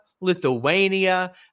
Lithuania